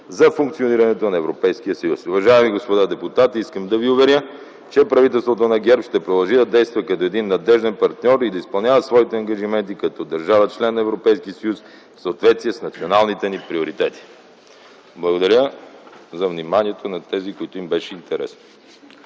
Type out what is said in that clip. за функционирането на Европейския съюз. Уважаеми господа депутати, искам да ви уверя, че правителството на ГЕРБ ще продължи да действа като един надежден партньор и да изпълнява своите ангажименти като държава - член на Европейския съюз, в съответствие с националните ни приоритети. Благодаря за вниманието на тези, на които им беше интересно.